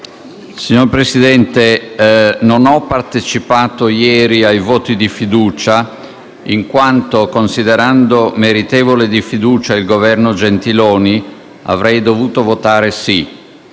Signor Presidente, non ho partecipato ieri ai voti di fiducia, in quanto, considerando meritevole di fiducia il Governo Gentiloni Silveri, avrei dovuto votare sì,